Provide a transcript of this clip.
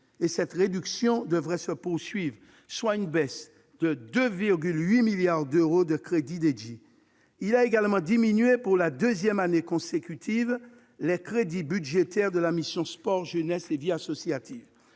Cette réduction devrait se poursuivre, soit une baisse de 2,8 milliards d'euros de crédits dédiés. L'État a également diminué, pour la deuxième année consécutive, les crédits budgétaires de la mission « Sport, jeunesse et vie associative